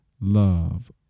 love